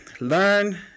learn